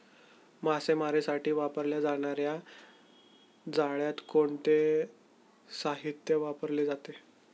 मासेमारीसाठी वापरल्या जाणार्या जाळ्यात कोणते साहित्य वापरले जाते?